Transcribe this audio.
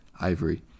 ivory